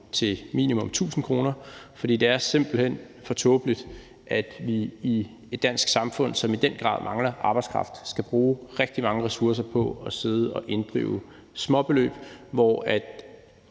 til minimum 1.000 kr. For det er simpelt hen for tåbeligt, at vi i et dansk samfund, som i den grad mangler arbejdskraft, skal bruge rigtig mange ressourcer på at sidde og inddrive småbeløb, hvor